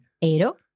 ero